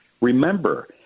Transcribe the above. remember